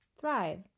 Thrive